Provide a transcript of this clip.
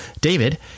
david